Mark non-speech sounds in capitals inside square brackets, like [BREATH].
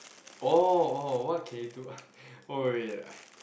orh orh what can you do [NOISE] oh wait wait I [BREATH]